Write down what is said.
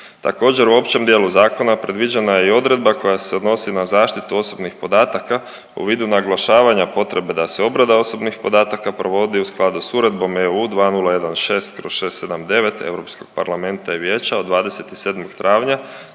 Također, u općem dijelu zakona predviđena je i odredba koja se odnosi na zaštitu osobnih podataka u vidu naglašavanja potrebe da se obrada osobnih podataka provodi u skladu s Uredbom EU 2016/679 Europskog parlamenta i Vijeća od 27. travnja